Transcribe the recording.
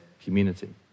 community